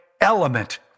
element